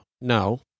No